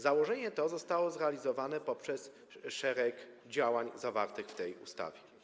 Założenie to zostało zrealizowane poprzez szereg działań zawartych w tej ustawie.